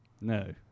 No